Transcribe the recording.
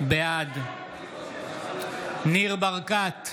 בעד ניר ברקת,